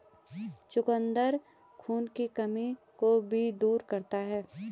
चुकंदर खून की कमी को भी दूर करता है